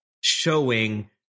showing